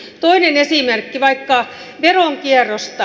toinen esimerkki vaikka veronkierrosta